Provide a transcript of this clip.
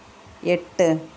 എട്ട്